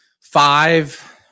five